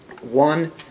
one